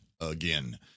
again